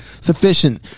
sufficient